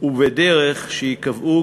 ובדרך שייקבעו,